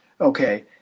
okay